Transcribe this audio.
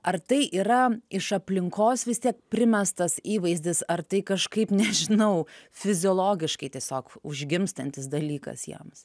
ar tai yra iš aplinkos vis tiek primestas įvaizdis ar tai kažkaip nežinau fiziologiškai tiesiog užgimstantis dalykas jiems